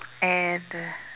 and uh